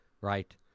right